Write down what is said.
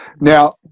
Now